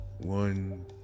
one